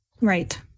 Right